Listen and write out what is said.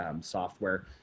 software